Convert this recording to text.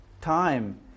time